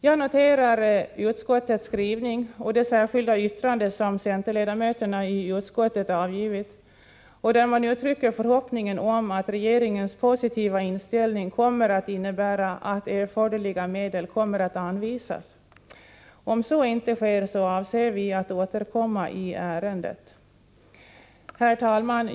Jag noterar utskottets skrivning och det särskilda yttrande som centerledamöterna i utskottet avgivit, där de uttrycker förhoppningen att regeringens positiva inställning kommer att innebära att erforderliga medel kommer att anvisas. Om så inte sker, avser vi att återkomma i ärendet. Herr talman!